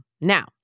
Now